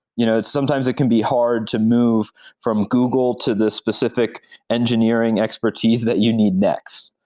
you know sometimes it can be hard to move from google to the specific engineering expertise that you need next.